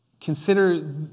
consider